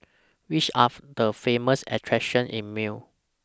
Which Are The Famous attractions in Male